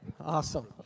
Awesome